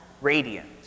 radiant